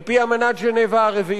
על-פי אמנת ז'נבה הרביעית,